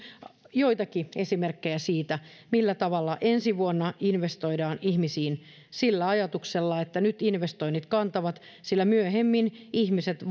joitakin esimerkkejä siitä millä tavalla ensi vuonna investoidaan ihmisiin sillä ajatuksella että nyt investoinnit kantavat sillä myöhemmin ihmiset